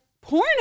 porn